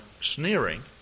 sneering